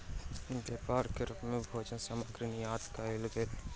व्यापार के रूप मे भोजन सामग्री निर्यात कयल गेल